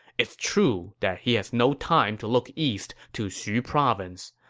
it's true that he has no time to look east to xu province.